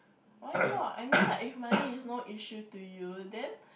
why not I mean like if money is no issue to you then